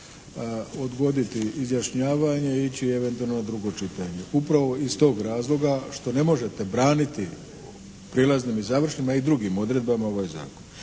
odgoditi izjašnjavanje i ići eventualno na drugo čitanje, upravo iz tog razloga što ne možete braniti prijelaznim i završnim a i drugim odredbama ovaj zakon.